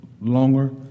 longer